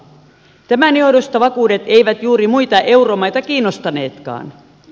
tämän johdosta vakuudet eivät juuri muita euromaita kiinnostaneetkaan